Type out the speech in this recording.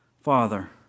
Father